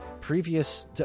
previous